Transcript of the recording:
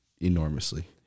enormously